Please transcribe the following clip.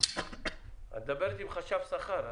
את מדברת עם חשב שכר.